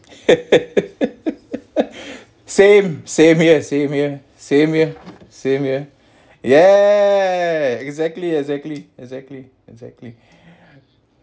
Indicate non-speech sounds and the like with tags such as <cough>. <laughs> same same here same here same here same here yeah exactly exactly exactly exactly